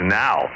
now